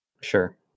Sure